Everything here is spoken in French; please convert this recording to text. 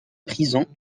prison